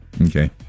Okay